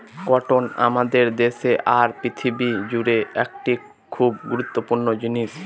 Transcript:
cotton আমাদের দেশে আর পৃথিবী জুড়ে একটি খুব গুরুত্বপূর্ণ জিনিস